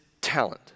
talent